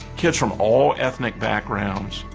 kids from all ethnic backgrounds,